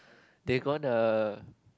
they gonna